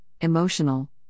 emotional